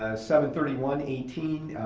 ah seven thirty one eighteen,